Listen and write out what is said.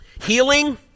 healing